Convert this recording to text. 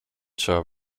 trzeba